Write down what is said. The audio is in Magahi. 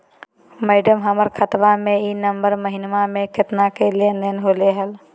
मैडम, हमर खाता में ई नवंबर महीनमा में केतना के लेन देन होले है